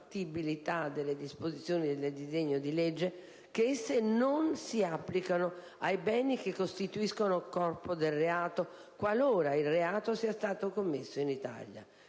compatibilità delle disposizioni del disegno di legge, che esse non si applicano ai beni che costituiscono corpo del reato, qualora il reato sia stato commesso in Italia.